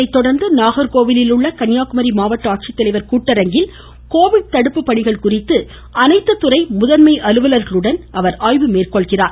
இதனைத்தொடர்ந்து நாகர்கோவிலில் உள்ள கன்னியாகுமரி மாவட்ட ஆட்சித்தலைவர் கூட்டரங்கில் கோவிட் தடுப்பு பணிகள் குறித்து அனைத்து துறை முதன்மை அலுவலர்களுடன் ஆய்வு மேற்கொள்கிறார்